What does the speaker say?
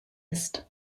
ist